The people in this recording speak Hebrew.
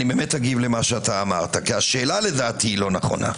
אגיב לדבריך כי השאלה לדעתי לא נכונה.